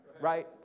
right